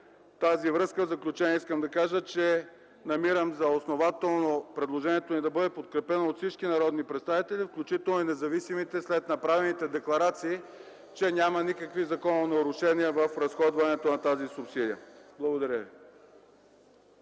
тази връзка в заключение искам да кажа, че намирам за основателно предложението ни да бъде подкрепено от всички народни представители, включително и независимите, след направените декларации, че няма никакви закононарушения в разходването на тази субсидия. Благодаря ви.